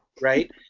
right